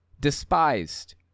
despised